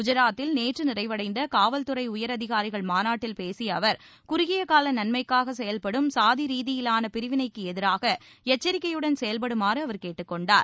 குஜராத்தில் நேற்று நிறைவடைந்த காவல்துறை உயர் அதிகாரிகள் மாநாட்டில் பேசிய அவர் குறுகிய கால நன்மைக்காக செயல்படும் சாதி ரீதியான பிரிவிளைக்கு எதிராக எச்சரிக்கையுடன் செயல்படுமாறு அவர் கேட்டுக்கொண்டார்